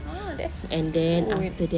ah that's cute